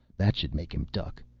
that should make him duck.